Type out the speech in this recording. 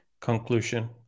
Conclusion